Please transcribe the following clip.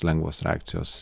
lengvos reakcijos